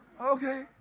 Okay